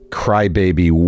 crybaby